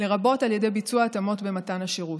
לרבות על ידי ביצוע התאמות במתן השירות.